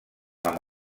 amb